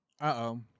Uh-oh